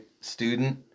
student